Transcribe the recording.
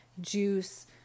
juice